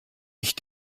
ich